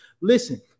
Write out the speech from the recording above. Listen